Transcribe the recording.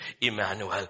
Emmanuel